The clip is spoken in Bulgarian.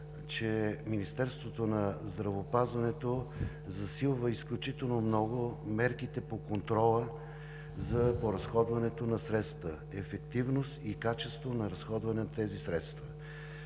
че Министерството на здравеопазването засилва изключително много мерките по контрола за разходването на средствата – ефективност и качество на разходване на тези средства.